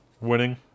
winning